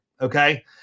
Okay